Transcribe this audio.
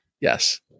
Yes